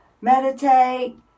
meditate